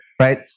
right